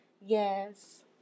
Yes